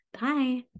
Bye